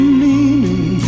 meaning